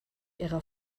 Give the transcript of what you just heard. ihrer